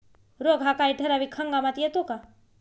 रोग हा काही ठराविक हंगामात येतो का?